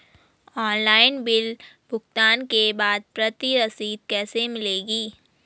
Online bill भुगतान के बाद प्रति रसीद कैसे मिलेगी?